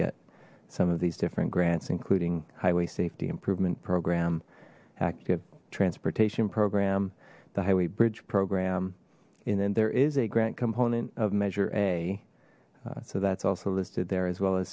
get some of these different grants including highway safety improvement program active transportation program the highway bridge program and then there is a grant component of measure a so that's also listed there as well as